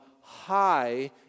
high